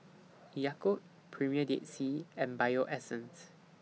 Yakult Premier Dead Sea and Bio Essence